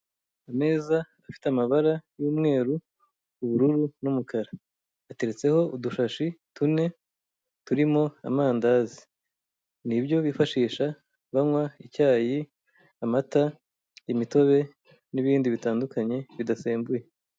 Imeza ifite amabara y'umweru, ubururu n'umukara ateretseho udushashi tune turimo amandazi ni ibyo bifashisha banywa icyayi, amata, imitobe n'ibindi bitandukanye bidasembuye.